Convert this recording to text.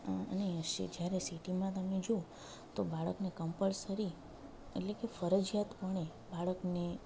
અને જ્યારે સિટીમાં તમે જુઓ તો બાળકને કંપલસરી એટલે કે ફરજિયાત પણે બાળકને